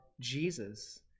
Jesus